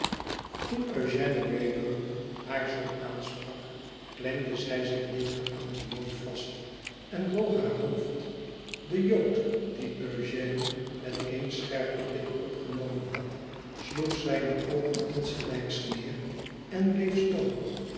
haar zoo aansprak klemde zij zich dichter aan den jood vast en boog haar hoofd de jood die eugène met één scherpen blik opgenomen had sloeg zijne oogen insgelijks neer en bleef stom